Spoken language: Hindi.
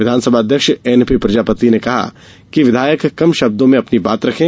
विधानसभा अध्यक्ष एनपी प्रजापति ने कहा कि विधायक कम शब्दों में अपनी बात रखें